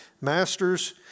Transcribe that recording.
Masters